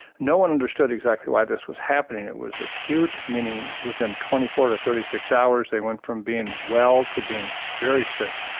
no one understood exactly why this was happening. it was acute, meaning within twenty four to thirty six hours they went from being well to being very sick.